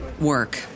work